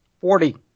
Forty